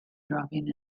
dropping